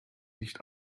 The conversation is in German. nicht